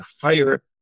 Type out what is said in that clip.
higher